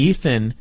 Ethan